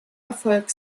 erfolg